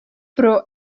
pro